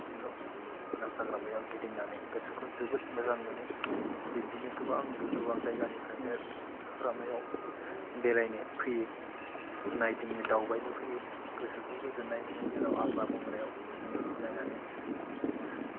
जेराव मानास हाग्रामायाव गिदिंनानै गोसोखौ जोबोद मोजां मोनो बिदिनो गोबां गोबां जायगानिफ्राय बे हाग्रामायाव बेरायनो फैयो नायदिंनो दावबायनो फैयो गोसोखौ गोजोननाय मोनो जों हाग्रा बंग्रायाव जिब जुनारखौ नायनानै जोङो